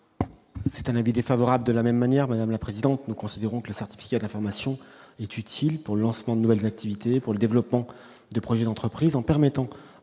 C'est un avis défavorable de la même manière, madame la présidente, nous considérons que le certificat d'information est utile pour le lancement de nouvelles activités pour le développement de projets d'entreprise en permettant